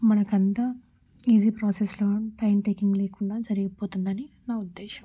మనకంతా ఈజీ ప్రాసెస్లో time taking లేకుండా జరిగిపోతుందని నా ఉద్దేశం